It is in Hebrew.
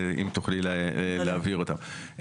אם תוכלי להבהיר אותן.